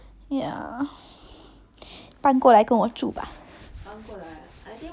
oh that's true I think you cannot survive here cries